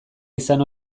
izan